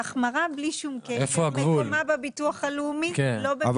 ההחמרה, מקומה בביטוח הלאומי ולא במשרד הביטחון.